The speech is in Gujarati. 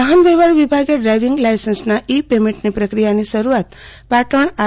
વાહન વ્યવહાર વિભાગે ડ્રાઇવીગ લાયસન્સના ઇ પેમેન્ટની પ્રક્રિયાની શરૂઆત પાટણ આર